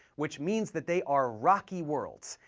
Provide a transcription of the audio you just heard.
which means that they are rocky worlds,